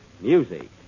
Music